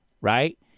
right